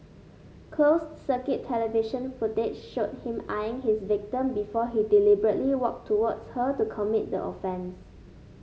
closed circuit television footage showed him eyeing his victim before he deliberately walk towards her to commit the offence